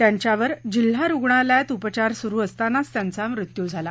त्यांच्यावर जिल्हा रुग्णालयात उपचार सुरू असतानाच त्यांचा मृत्यू झाला